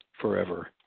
forever